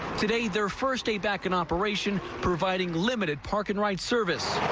today their first day back in operation providing limited parking right service.